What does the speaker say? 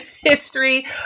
history